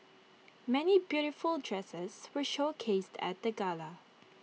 many beautiful dresses were showcased at the gala